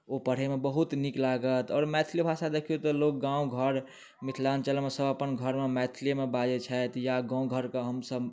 ओ पढ़ैमे बहुत नीक लागत आओर मैथली भाषा देखियौ तऽ लोक गावँ घर मिथलाञ्चलमे सब अपन घरमे मैथलियेमे बाजैत छथि या गावँ घरकऽ हमसब